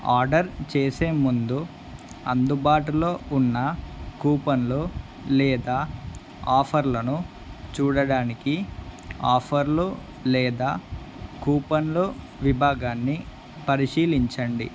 order చేసే ముందు అందుబాటులో ఉన్న కూపన్లు లేదా ఆఫర్లను చూడడానికి ఆఫర్లు లేదా కూపన్లు విభాగాన్ని పరిశీలించండి